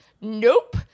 nope